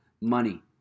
Money